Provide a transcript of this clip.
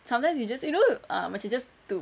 sometimes you just you know ah macam just to